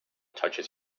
touches